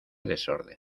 desorden